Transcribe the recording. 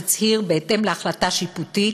תצהיר בהתאם להחלטה שיפוטית,